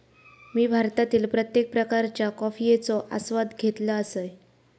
मी भारतातील प्रत्येक प्रकारच्या कॉफयेचो आस्वाद घेतल असय